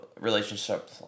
relationship